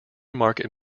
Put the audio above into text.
market